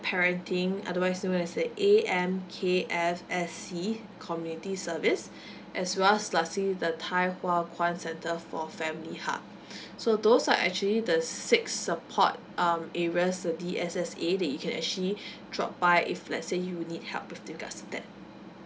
parenting otherwise know as the A_M_K_F_S_C community service as well as lastly the thye hua kwan centre for family hub so those are actually the six support um areas the D_S_S_A that you can actually drop by if let's say you need help with regards to that